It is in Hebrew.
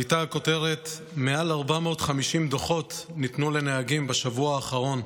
הייתה כותרת: מעל 450 דוחות ניתנו לנהגים בשבוע האחרון,